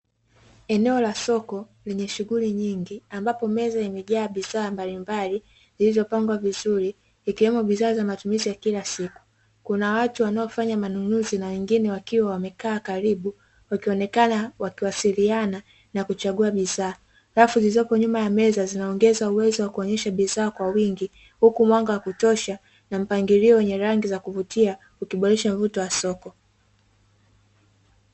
Eneo la soko lenye shughuli nyingi ambapo meza imejaa bidhaa mbalimbali zilizopangwa vizuri, ikiwemo bidhaa za matumizi ya kila siku, kuna watu wanaofanya manunuzi na wengine wakiwa wamekaa karibu, wakionekana wakiwasiliana na kuchagua bidhaa. Rafu zilizopo nyuma ya meza zinaongeza uwezo wa kuonyesha bidhaa kwa wingi, huku mwanga wa kutosha na mpangilio wenye rangi za kuvutia, ukiboresha mvuto wa soko.